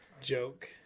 Joke